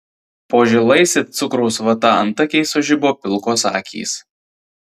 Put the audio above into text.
po žilais it cukraus vata antakiais sužibo pilkos akys